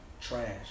Trash